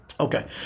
Okay